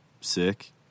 sick